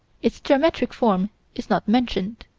its geometric form is not mentioned.